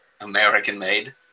American-made